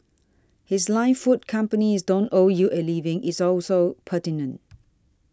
his line food companies don't owe you a living is also pertinent